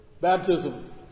baptism